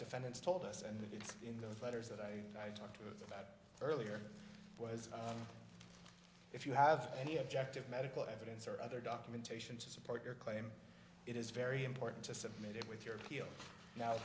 defendants told us and it's in those letters that i talked about earlier was if you have any objective medical evidence or other documentation to support your claim it is very important to submit it with your appeal now